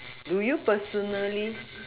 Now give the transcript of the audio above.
do you personally